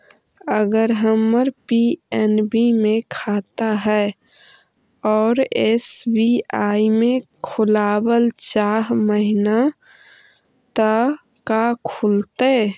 अगर हमर पी.एन.बी मे खाता है और एस.बी.आई में खोलाबल चाह महिना त का खुलतै?